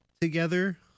together